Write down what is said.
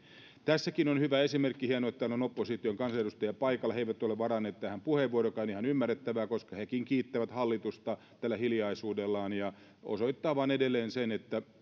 tässäkin on hyvä esimerkki hienoa että täällä on opposition kansanedustajia paikalla he eivät ole varanneet tähän puheenvuorojakaan ihan ymmärrettävää koska hekin kiittävät hallitusta tällä hiljaisuudellaan ja se osoittaa vain edelleen sen että meillä on tällä hetkellä